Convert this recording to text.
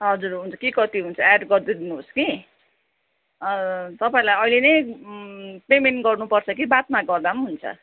हजुर हुन्छ के कति हुन्छ एड गर्दै दिनुहोस् कि तपाईँहरूलाई अहिले नै पेमेन्ट गर्नुपर्छ कि बादमा गर्दा पनि हुन्छ